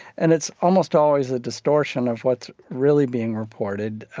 and it's almost always a distortion of what's really being reported.